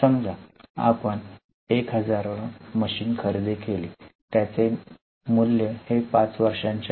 समजा आपण 1000 वर मशीनरी खरेदी केली तर त्याचे मूल्य 5 वर्षांचे आहे